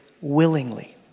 willingly